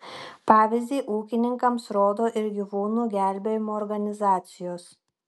pavyzdį ūkininkams rodo ir gyvūnų gelbėjimo organizacijos